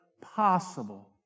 possible